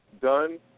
done